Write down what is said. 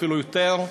אפילו יותר,